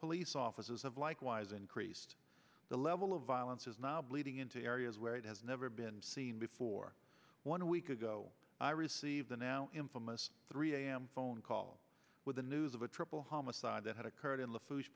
police offices have likewise increased the level of violence is now bleeding into areas where it has never been seen before one week ago i received the now infamous three a m phone call with the news of a triple homicide that had occurred in the food